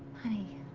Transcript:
honey,